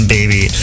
Baby